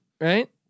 right